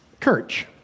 Kirch